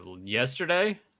yesterday